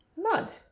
Mud